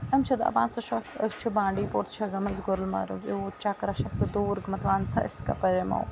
یِم چھِ دَپان ژٕ چھیٚکھ أسۍ چھِ بانڈی پور ژٕ چھِیٚکھ گٔمٕژ گُلمَرگ یوٗت چکرَس چھیٚکھ ژٕ دوٗر گٔمٕژ وَن سا أسۍ کَپٲرۍ یِمو